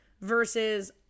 versus